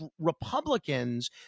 Republicans